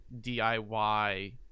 DIY